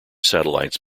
satellites